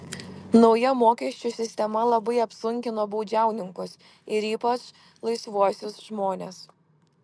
nauja mokesčių sistema labai apsunkino baudžiauninkus ir ypač laisvuosius žmones